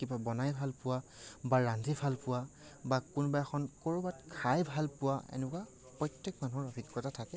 বনাই ভাল পোৱা বা ৰান্ধি ভাল পোৱা বা কোনোবা এখন ক'ৰবাত খাই ভাল পোৱা এনেকুৱা প্ৰত্যেক মানুহৰ অভিজ্ঞতা থাকে